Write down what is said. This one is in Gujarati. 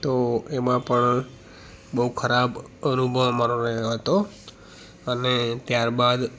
તો એમાં પણ બહુ ખરાબ અનુભવ અમારો રહ્યો હતો અને ત્યાર બાદ